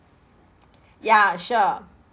ya sure